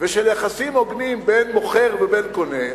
ושל יחסים הוגנים בין מוכר ובין קונה,